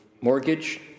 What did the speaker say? mortgage